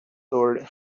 lowered